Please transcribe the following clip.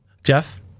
Jeff